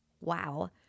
Wow